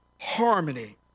harmony